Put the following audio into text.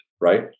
right